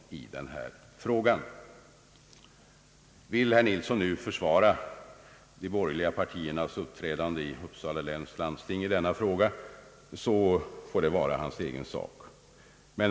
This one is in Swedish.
Vill herr Nilsson nu försvara de borgerliga partiernas uppträdande i Uppsala läns landsting, må det vara hans sak.